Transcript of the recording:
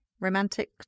Romantic